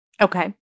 Okay